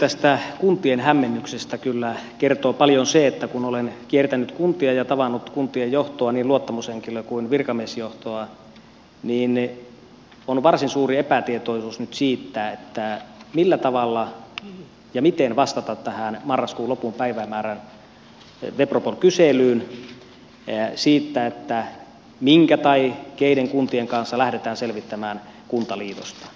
tästä kuntien hämmennyksestä kyllä kertoo paljon se että kun olen kiertänyt kuntia ja tavannut kuntien johtoa niin luottamushenkilöitä kuin virkamiesjohtoa niin on varsin suuri epätietoisuus nyt siitä millä tavalla ja miten vastata tähän marraskuun lopun päivämäärän webropol kyselyyn siitä minkä tai keiden kuntien kanssa lähdetään selvittämään kuntaliitosta